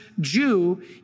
Jew